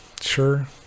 sure